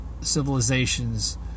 civilizations